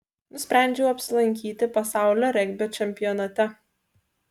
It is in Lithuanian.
nusprendžiau apsilankyti pasaulio regbio čempionate